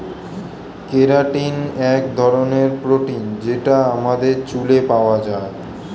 keratin এক ধরনের protein যেটা আমাদের চুলে পাওয়া যায়